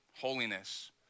holiness